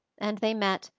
and they met,